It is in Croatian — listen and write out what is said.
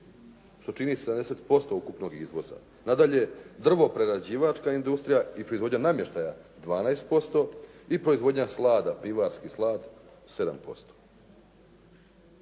što čini 70% ukupnog izvoza. Nadalje, drvoprerađivačka industrija i proizvodnja namještaja 12% i proizvodnja slada, pivarski slad 7%.